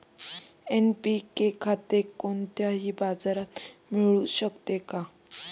NPK खत कोणत्याही बाजारात मिळू शकते का?